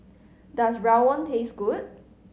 does rawon taste good